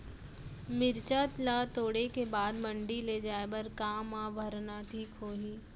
मिरचा ला तोड़े के बाद मंडी ले जाए बर का मा भरना ठीक होही?